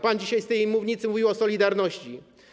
Pan dzisiaj z tej mównicy mówił o solidarności.